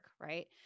right